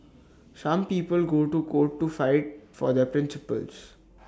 some people go to court to fight for their principles